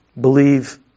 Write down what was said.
Believe